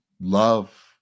love